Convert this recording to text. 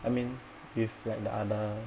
I mean with like the other